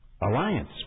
Alliance